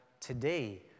today